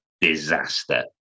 disaster